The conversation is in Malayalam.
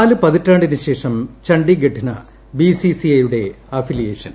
നാല് പതിറ്റാണ്ടിന് ശേഷം ഛണ്ഡീഗഢിന് ബിസിസിഐ യുടെ അഫിലിയേഷൻ